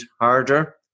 harder